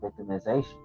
victimization